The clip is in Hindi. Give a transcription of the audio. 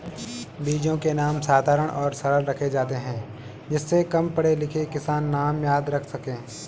बीजों के नाम साधारण और सरल रखे जाते हैं जिससे कम पढ़े लिखे किसान नाम याद रख सके